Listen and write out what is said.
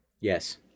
Yes